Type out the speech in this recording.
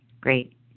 Great